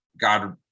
god